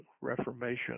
reformation